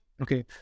okay